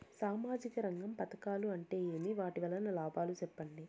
సామాజిక రంగం పథకాలు అంటే ఏమి? వాటి వలన లాభాలు సెప్పండి?